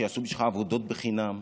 שיעשו בשבילך עבודות חינם.